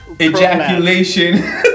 ejaculation